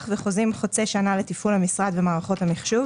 וחוזים חוצי שנה לתפעול המשרד ומערכות המחשוב.